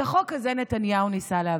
את החוק הזה נתניהו ניסה להעביר.